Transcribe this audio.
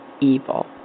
evil